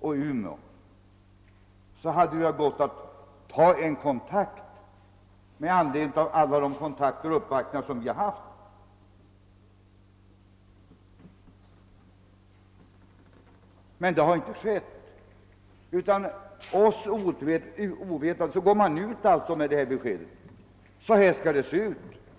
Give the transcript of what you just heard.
och Umeå, så hade det ju gått att ta en kontakt med anledning av alla de kontakter vi tagit och alla de uppvaktningar vi gjort. Detta har emellertid inte skett, utan oss ovetande går man ut med beskedet: Så här skall det se ut!